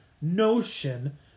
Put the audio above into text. notion